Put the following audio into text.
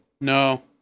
No